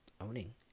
owning